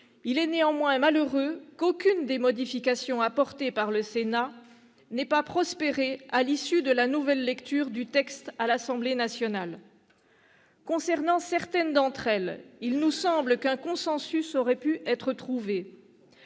Il est néanmoins malheureux qu'aucune des modifications apportées par le Sénat n'ait prospéré à l'issue de la nouvelle lecture du texte à l'Assemblée nationale. Concernant certaines d'entre elles, il nous semble qu'un consensus aurait pu être trouvé.